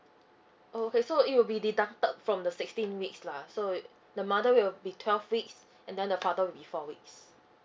okay so it will be deducted from the sixteen weeks lah so it the mother will be twelve weeks and then the father will be four weeks